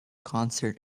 concert